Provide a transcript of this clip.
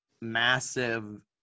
massive